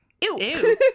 ew